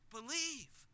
Believe